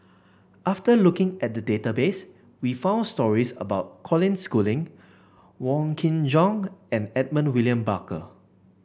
after looking at the database we found stories about Colin Schooling Wong Kin Jong and Edmund William Barker